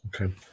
Okay